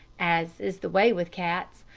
as is the way with cats,